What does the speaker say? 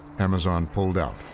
amazon pulled out.